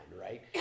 right